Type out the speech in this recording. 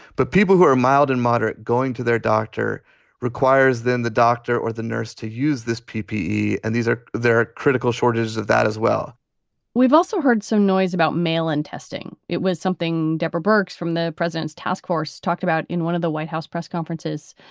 but people who are mild and moderate, going to their doctor requires then the doctor or the nurse to use this ppe. and these are there are critical shortages of that as well we've also heard some noise about mail and testing. it was something deborah bourke's from the president's task force talked about in one of the white house press conferences.